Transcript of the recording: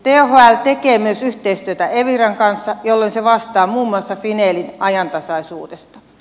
thl tekee myös yhteistyötä eviran kanssa jolloin se vastaa muun muassa finelin ajantasaisuudesta